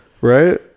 right